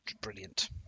Brilliant